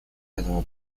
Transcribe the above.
этого